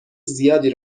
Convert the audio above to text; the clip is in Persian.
زیادی